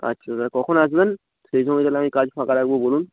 আচ্ছা দাদা কখন আসবেন সেই সময়ই তাহলে আমি কাজ ফাঁকা রাখবো বলুন